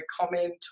comment